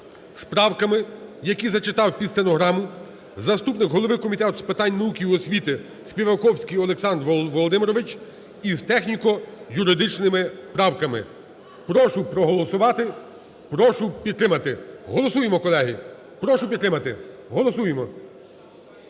з правками, які зачитав під стенограму заступник голови Комітету з питань науки і освіти Співаковський Олександр Володимирович і з техніко-юридичними правками. Прошу проголосувати, прошу підтримати. Голосуємо, колеги. Прошу підтримати. Голосуємо.